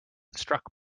struck